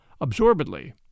absorbedly